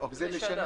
זה לשנה